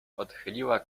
odchyliła